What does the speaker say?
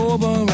Over